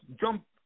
jump